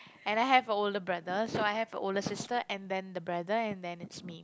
and I have a older brother so I have a older sister and then the brother and then it's me